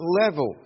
level